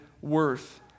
worth